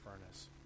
furnace